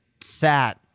sat